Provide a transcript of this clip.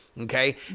Okay